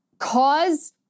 cause